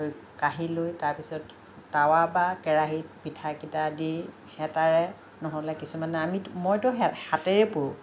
কাঢ়ি লৈ তাৰ পিছত টাৱা বা কেৰাহীত পিঠা কেইটা দি হেতাৰে নহ'লে কিছুমানে আমি মইটো হাতেৰেই পুৰোঁ